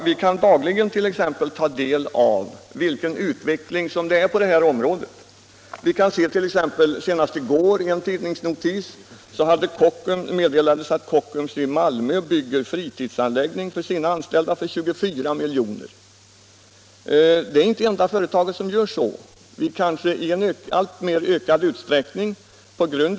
Man kan dagligen ta del av utvecklingen på detta område. Senast i går framgick det av en tidningsnotis att Kockums i Malmö bygger en fritidsanläggning för sina anställda för 24 milj.kr. Kockums är inte det enda företag som gör så.